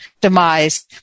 demise